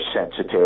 sensitive